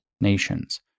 nations